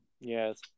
Yes